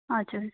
हजुर